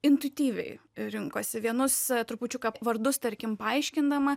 intuityviai rinkosi vienus trupučiuką vardus tarkim paaiškindama